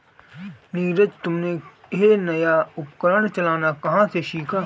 नीरज तुमने यह नया उपकरण चलाना कहां से सीखा?